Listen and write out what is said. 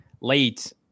late